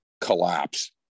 collapse